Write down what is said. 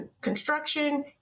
construction